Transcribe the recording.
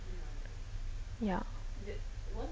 ya